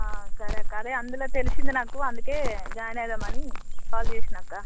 సరే అక్క అదే అందులో తెలిసింది నాకు అందుకే జాయిన్ అవుదామని కాల్ చేశాను అక్క